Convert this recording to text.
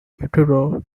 utero